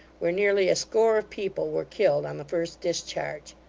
where nearly a score of people were killed on the first discharge.